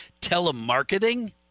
telemarketing